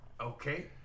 okay